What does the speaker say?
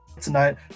tonight